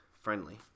friendly